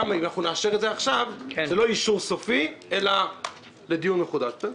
שגם אם נאשר את זה עכשיו זה לא אישור סופי אלא לדיון מחודש.